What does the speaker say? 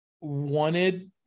wanted